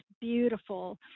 beautiful